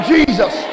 Jesus